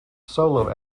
solo